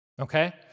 Okay